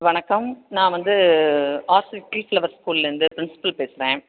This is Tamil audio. வணக்கம் நான் வந்து ஆர்சி ஃப்ளவர் ஸ்கூல்லேருந்து பிரின்ஸ்பல் பேசுகிறேன்